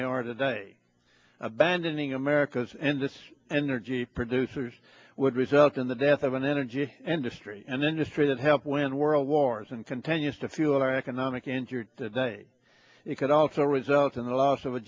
they are today abandoning america's endless energy producers would result in the death of an energy industry an industry that helped win world wars and continues to fuel our economic injured today it could also result in the loss of a